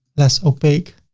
less opaque.